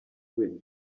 wind